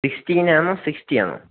സിക്സ്റ്റീനാണോ സിക്സ്റ്റിയാണോ